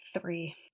three